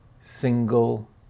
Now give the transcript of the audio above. single